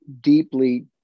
deeply